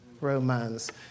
romance